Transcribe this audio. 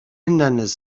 hindernis